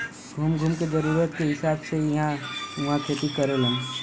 घूम घूम के जरूरत के हिसाब से इ इहां उहाँ खेती करेलन